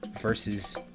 versus